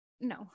No